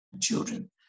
children